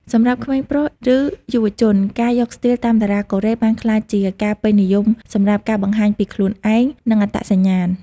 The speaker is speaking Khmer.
សម្រាប់ក្មេងប្រុស ឬ យុវជន ការយកស្ទីលតាមតារាកូរ៉េបានក្លាយជាការពេញនិយមសម្រាប់ការបង្ហាញពីខ្លួនឯង និងអត្តសញ្ញាណ។